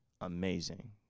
amazing